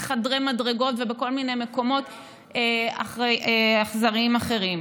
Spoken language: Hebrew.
בחדרי מדרגות ובכל מיני מקומות אכזריים אחרים.